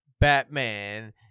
Batman